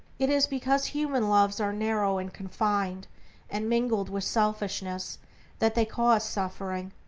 it is because human loves are narrow and confined and mingled with selfishness that they cause suffering.